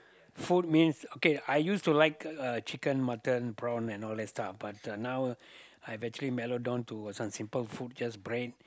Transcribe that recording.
food means okay I used to like uh chicken mutton prawn and all that stuff but uh now I have actually mellowed down to uh some simple food just bread